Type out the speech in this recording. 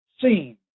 seen